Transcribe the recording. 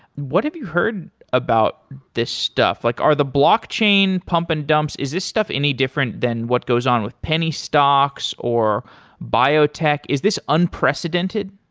what have you heard about this stuff? like are the blockchain pump and dumps, is this stuff any different than what goes on with penny stocks or biotech? is this unprecedented?